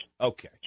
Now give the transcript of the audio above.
Okay